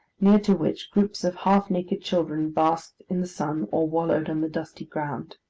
near to which groups of half-naked children basked in the sun, or wallowed on the dusty ground.